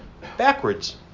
backwards